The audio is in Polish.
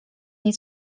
nie